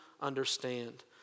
understand